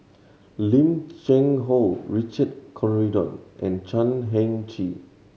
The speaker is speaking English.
Lim Cheng Hoe Richard Corridon and Chan Heng Chee